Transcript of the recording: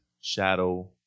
shadow